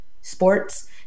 sports